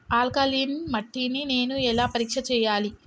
Alkaline మట్టి ని నేను ఎలా పరీక్ష చేయాలి?